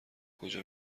کجا